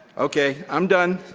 okay, i'm done.